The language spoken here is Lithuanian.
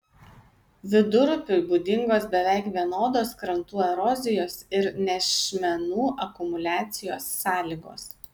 vidurupiui būdingos beveik vienodos krantų erozijos ir nešmenų akumuliacijos sąlygos